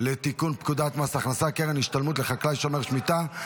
לתיקון פקודת מס הכנסה (קרן השתלמות לחקלאי שומר שמיטה),